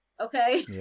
okay